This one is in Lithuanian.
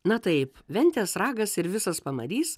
na taip ventės ragas ir visas pamarys